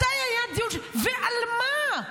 מתי היה דיון ועל מה?